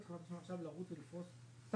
זכות או לא משנה מה עמדתו, אני מתנגד לה, למה?